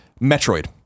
Metroid